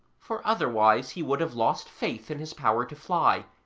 for otherwise he would have lost faith in his power to fly,